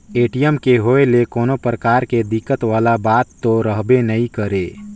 ATM के होए ले कोनो परकार के दिक्कत वाला बात तो रहबे नइ करे